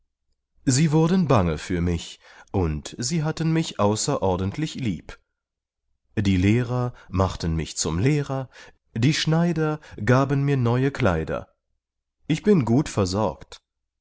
sie wurden bange für mich und sie hatten mich außerordentlich lieb die lehrer machten mich zum lehrer die schneider gaben mir neue kleider ich bin gut versorgt